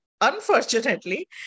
unfortunately